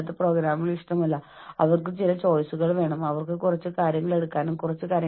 അല്ലെങ്കിൽ ശാരീരികവും മാനസികവുമായ ക്ലട്ടേഴ്സ് വൃത്തിയാക്കുന്നതിന് ആരെങ്കിലും ഉണ്ടെങ്കിൽ നിങ്ങളെ സഹായിക്കുന്നതിനായി വിളിക്കുക